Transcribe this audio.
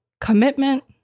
commitment